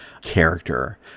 character